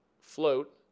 float